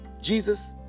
Jesus